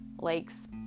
lakes